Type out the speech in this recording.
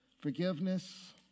Forgiveness